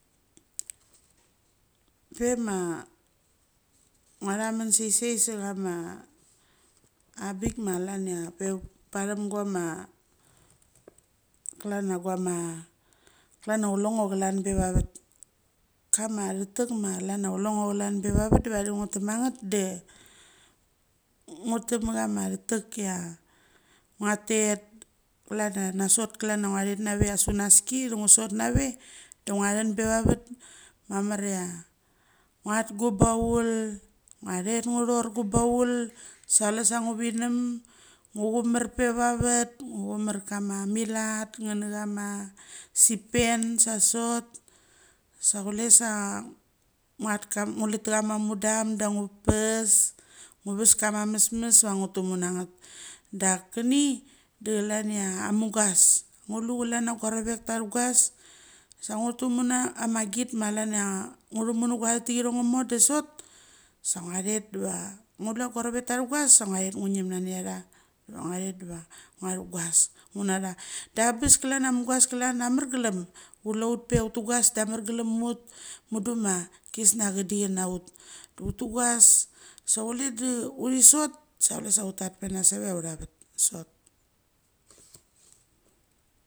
Pe ma ngua chatamon sasa sechama abik ma klin chia pe pathem gua ma klan chia guama klan chia kule ngo klan pevavat. Kama chetek ma klan chia chule ngo klan pevavat vadi ngua teck ma ngat de ngua teck ma chama theteck. Ngua tet klan chia nasot klan chia ngua chet nave chia sunaski de ngu sot nave de ngua chen pevavat. Mama chia nguat gu baul. Ngua chet ngu chor gu baul sa kule sa ngu venam, ngu chumar pe vavet, ngu chumar kama milat nana chama span sasot sa kule sa ngat kama, ngu lathama mudam da ngu tumu nangat. Dak chini de klan chia amugas ngu lu chalan chia gua rovek tha chugas sa ngu tumu na ma git ma klan chia ngu thumu nagua chet diva ngu tlu chia gua rovek tha chugas. Sa ngua chat ngu ngim nani acha diva ngua chet diva ngua chugas ngu nacha. Da bes klan chia a mugas klan. Amergelem ut mundu ma chisnia chedeckhang nachut da ut tu gasi sa kule da utni sot sa kule sa ut tat mena save chia autha vet sot.